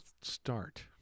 start